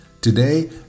Today